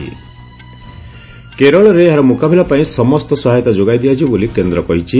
କେରଳରେ ଏହାର ମୁକାବିଲା ପାଇଁ ସମସ୍ତ ସହାୟତା ଯୋଗାଇ ଦିଆଯିବ ବୋଲି କେନ୍ଦ୍ର କହିଛି